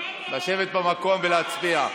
לשבת במקום ולהצביע.